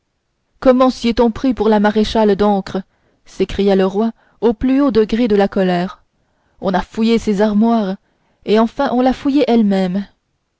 comment s'y est-on pris pour la maréchale d'ancre s'écria le roi au plus haut degré de la colère on a fouillé ses armoires et enfin on l'a fouillée elle-même